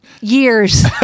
years